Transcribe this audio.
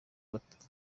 gatatu